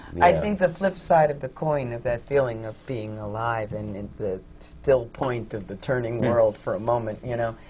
i think the flip side of the coin of that feeling of being alive and at the still point of the turning world for a moment, you know,